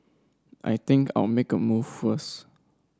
I think I'll make a move first